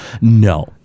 no